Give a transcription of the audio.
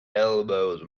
elbowed